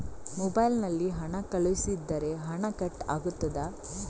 Mobile ನಲ್ಲಿ ಹಣ ಕಳುಹಿಸಿದರೆ ಹಣ ಕಟ್ ಆಗುತ್ತದಾ?